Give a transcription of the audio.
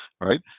right